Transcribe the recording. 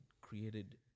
created